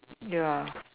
ya